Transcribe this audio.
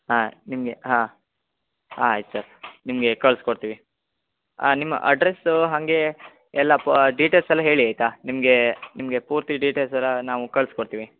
ಹಾಂ ನಿಮಗೆ ಹಾಂ ಹಾಂ ಆಯ್ತು ಸರ್ ನಿಮಗೆ ಕಳ್ಸಿ ಕೊಡ್ತೀವಿ ನಿಮ್ಮ ಅಡ್ರಸ್ಸು ಹಾಗೆ ಎಲ್ಲ ಪ ಡೀಟೆಲ್ಸ್ ಎಲ್ಲ ಹೇಳಿ ಆಯಿತಾ ನಿಮಗೆ ನಿಮಗೆ ಪೂರ್ತಿ ಡೀಟೆಲ್ಸ್ ಎಲ್ಲ ನಾವು ಕಳ್ಸ್ಕೊತೀವಿ